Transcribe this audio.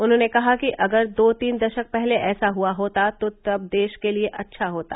उन्होंने कहा कि अगर दो तीन दशक पहले ऐसा हुआ होता तब वह देश के लिए अच्छा होता